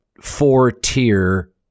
four-tier